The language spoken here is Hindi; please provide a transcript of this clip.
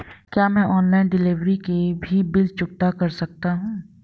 क्या मैं ऑनलाइन डिलीवरी के भी बिल चुकता कर सकता हूँ?